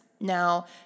Now